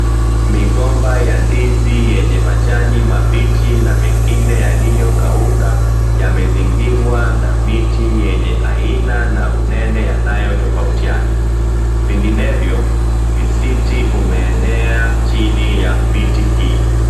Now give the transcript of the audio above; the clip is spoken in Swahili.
Migomba ya ndizi yenye majani mabichi na mengine yaliokauka yamezingirwa na miti yenye aina na unene yanayotofautiana. Vinginevyo misiti umeenea chini ya miti hii.